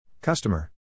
Customer